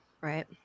Right